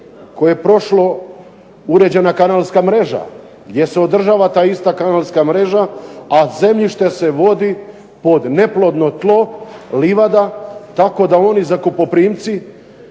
koje je prošlo uređena kanalska mreža, gdje se održava ta ista kanalska mreža, a zemljište se vodi pod neplodno tlo, livada, tako da oni zakupoprimci